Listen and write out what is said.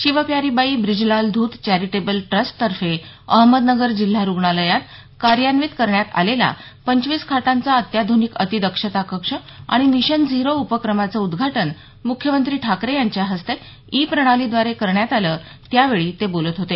Shivpyaribai Brijlal Dhoot charitable ट्रस्टतर्फे अहमदनगर जिल्हा रुग्णालयात कार्यान्वित करण्यात आलेला पंचवीस खाटांचा अत्याध्निक अती दक्षता कक्ष आणि मिशन झिरो उपक्रमाचं उद्घाटन मुख्यमंत्री ठाकरे यांच्या हस्ते ई प्रणालीद्वारे करण्यात आलं त्यावेळी ते बोलत होते